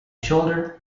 shoulder